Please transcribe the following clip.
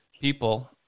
people